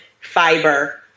fiber